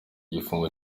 igifungo